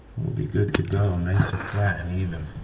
we'll be good to go, nice and flat, and even.